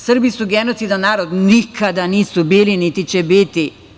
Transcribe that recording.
Srbi su genocidan narod – nikada nisu bili, niti će biti.